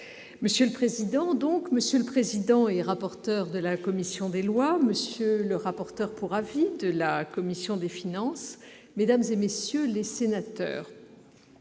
monsieur le président et rapporteur de la commission des lois, monsieur le rapporteur pour avis de la commission des finances, mesdames, messieurs les sénateurs,